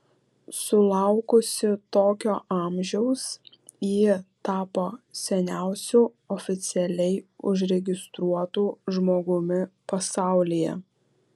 sulaukusi tokio amžiaus ji tapo seniausiu oficialiai užregistruotu žmogumi pasaulyje